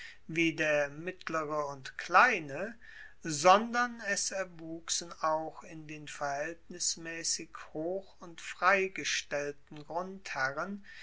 wie der mittlere und kleine sondern es erwuchsen auch in den verhaeltnismaessig hoch und frei gestellten grundherren